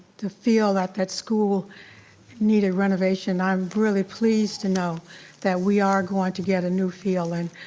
the feel that that school needed renovation. i'm really pleased to know that we are going to get a new field and,